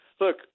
Look